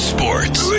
Sports